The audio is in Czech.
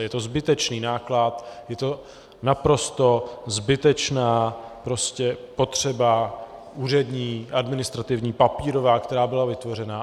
Je to zbytečný náklad, je to naprosto zbytečná potřeba úřední, administrativní, papírová, která byla vytvořena.